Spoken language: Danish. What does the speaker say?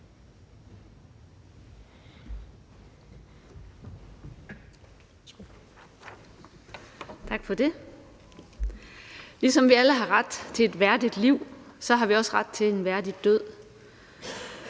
Tak for det. Ligesom vi alle har ret til et værdigt liv, har vi også ret til en værdig død.